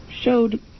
showed